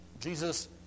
Jesus